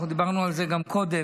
אנחנו דיברנו על זה גם קודם.